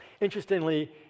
Interestingly